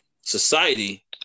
society